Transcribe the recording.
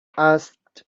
asked